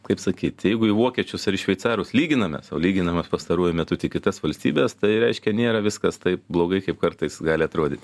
kaip sakyti jeigu į vokiečius ar į šveicarus lyginamės o lyginamės pastaruoju metu tik į tas valstybes tai reiškia nėra viskas taip blogai kaip kartais gali atrodyti